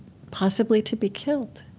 possibly to be killed?